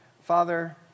Father